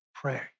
pray